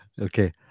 Okay